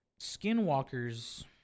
skinwalkers